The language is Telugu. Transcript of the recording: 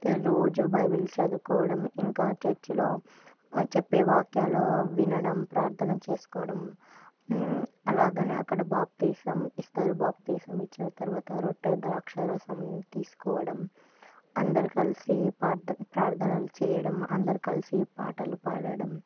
రోజు బైబిల్ చదువుకోవడం ఇంకా చర్చ్లో చెప్పే వాక్యాలు వినడం ప్రార్థన చేసుకోవడం అలాగే అక్కడ బాప్తీసం ఇస్తారు బాప్తీసం ఇచ్చిన తర్వాత రొట్టె ద్రాక్షారసం తీసుకోవడం అందరు కలిసి ప్రార్థనలు చేయడం అందరు కలిసి పాటలు పాడడం